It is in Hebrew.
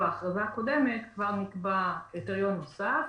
בהכרזה הקודמת כבר נקבע קריטריון נוסף,